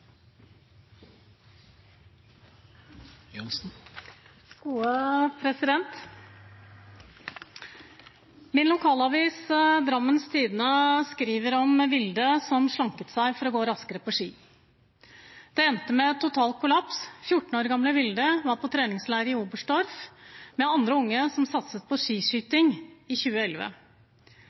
Min lokalavis, Drammens Tidende, skriver om Vilde som slanket seg for å gå raskere på ski. Det endte med total kollaps. 14 år gamle Vilde var på treningsleir i Oberhof med andre unge som satset på skiskyting i 2011.